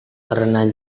karena